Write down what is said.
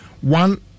one